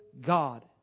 God